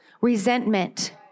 resentment